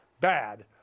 bad